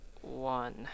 one